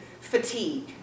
fatigue